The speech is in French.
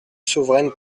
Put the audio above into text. souveraine